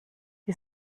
die